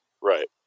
Right